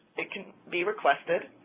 it can be requested.